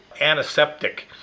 Antiseptic